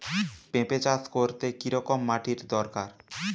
পেঁপে চাষ করতে কি রকম মাটির দরকার?